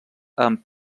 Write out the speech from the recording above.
amb